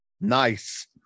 Nice